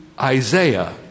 Isaiah